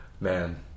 Man